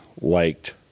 liked